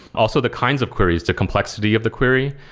also the kinds of queries, the complexity of the query.